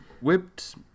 whipped